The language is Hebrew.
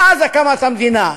מאז הקמת המדינה,